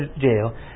jail